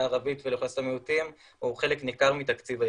ערבית ולאוכלוסיית המיעוטים הוא חלק ניכר מתקציב היחידה.